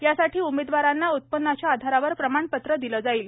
यासाठी उमेदवारांना उत्पन्नाच्या आधारावर प्रमाणपत्र दिलं जाईल